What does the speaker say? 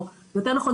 או יותר נכון,